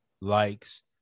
likes